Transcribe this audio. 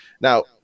Now